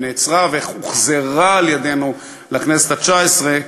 ונעצרה והוחזרה על-ידינו בכנסת התשע-עשרה,